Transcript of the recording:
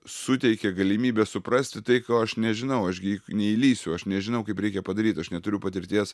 suteikia galimybę suprasti tai ko aš nežinau aš gi neįlįsiu aš nežinau kaip reikia padaryt aš neturiu patirties